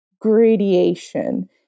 gradation